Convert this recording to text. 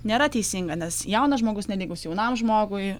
nėra teisinga nes jaunas žmogus nelygus jaunam žmogui